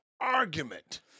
argument